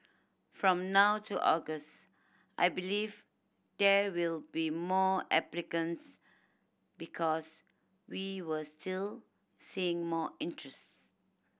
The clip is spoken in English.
from now to August I believe there will be more applicants because we were still seeing more interests